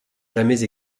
jamais